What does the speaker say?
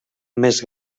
més